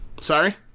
Sorry